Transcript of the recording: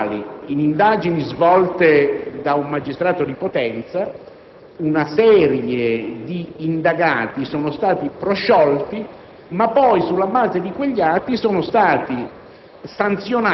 nei quali, in indagini svolte da un magistrato di Potenza, una serie di indagati sono stati prosciolti, ma poi, sulla base di quegli atti, sono stati